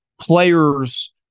players